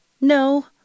No